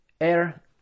Air